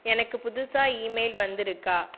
எனக்கு புதுசாக ஈமெயில் வந்துருக்கா